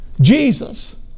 Jesus